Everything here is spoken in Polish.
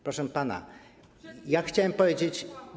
Proszę pana, chciałem powiedzieć.